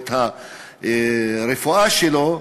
או את הרפואה שלו,